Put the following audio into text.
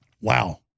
Wow